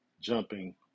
jumping